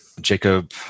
Jacob